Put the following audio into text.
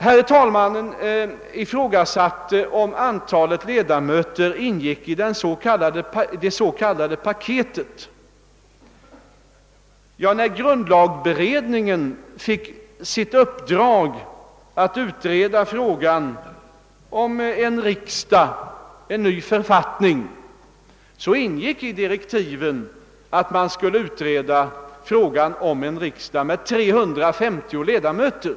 Herr förste vice talmannen ifrågasatte huruvida antalet ledamöter ingick i det s.k. paketet. När grundlagberedningen fick sitt uppdrag att utreda frågan om en ny författning ingick i direktiven att man skulle utreda frågan om en riksdag med 350 ledamöter.